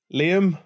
liam